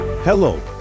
Hello